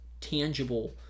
tangible